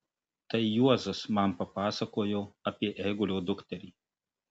tai juozas man papasakojo apie eigulio dukterį